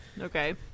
okay